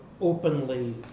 openly